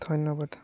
ধন্যবাদ